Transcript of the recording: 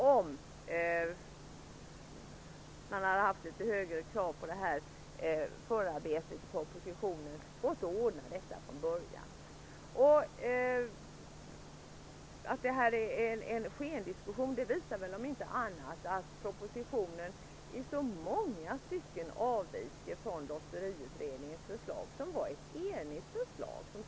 Om man hade haft litet högre krav på förarbetet i propositionen hade det gått att ordna detta från början. Att detta är en skendiskussion visar om inte annat det faktum att propositionen i så många stycken avviker från Lotteriutredningens förslag.